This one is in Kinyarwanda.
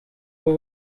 rwo